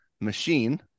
machine